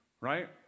right